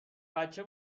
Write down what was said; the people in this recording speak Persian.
بچه